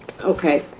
Okay